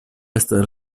estas